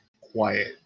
quiet